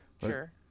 Sure